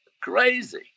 crazy